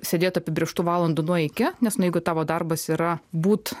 sėdėt apibrėžtų valandų nuo iki nes jeigu tavo darbas yra būt